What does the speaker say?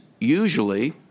usually